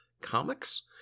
Comics